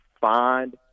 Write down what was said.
find